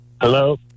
Hello